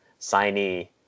signee